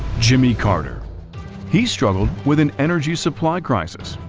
jimmy carter he struggled with an energy supply crisis,